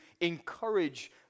encourage